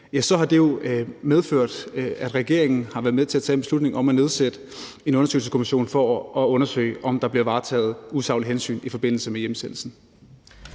Det har jo medført, at regeringen har været med til at tage en beslutning om at nedsætte en undersøgelseskommission for at undersøge, om der blev varetaget usaglige hensyn i forbindelse med hjemsendelsen.